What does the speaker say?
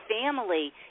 family